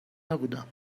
نبودم